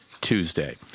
Tuesday